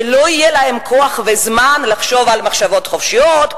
שלא יהיה להם כוח וזמן לחשוב מחשבות חופשיות,